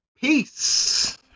Peace